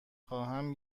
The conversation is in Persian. خواهم